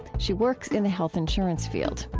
she works in a health insurance field.